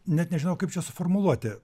net nežinau kaip čia suformuluoti